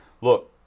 Look